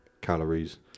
calories